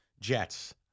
Jets